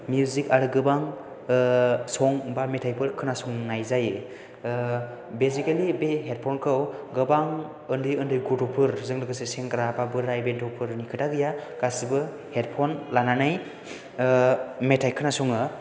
music आरो गोबां सं एबा मेथाइफोर खोनासंनाय जायो बेसिकेलि बे हेडफ'न खौ गोबां उन्दै उन्दै गथ'फोरजों लोगोसे सेंग्रा बा बोराइ बेन्थ'फोरनि खोथा गैया गासैबो हेडफ'न लानानै मेथाइ खोनासङो